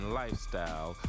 lifestyle